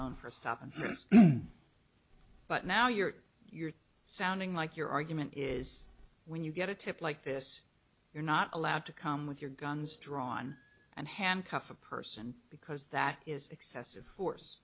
own for stop and frisk but now you're you're sounding like your argument is when you get a tip like this you're not allowed to come with your guns drawn and handcuff a person because that is excessive force